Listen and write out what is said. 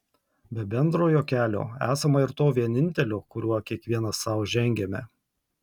be bendrojo kelio esama ir to vienintelio kuriuo kiekvienas sau žengiame